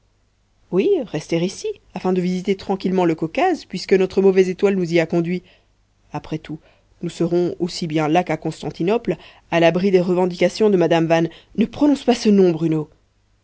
oui rester ici afin de visiter tranquillement le caucase puisque notre mauvaise étoile nous y a conduits après tout nous serons aussi bien là qu'à constantinople à l'abri des revendications de madame van ne prononce pas ce nom bruno